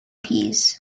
peas